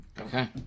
Okay